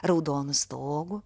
raudonu stogu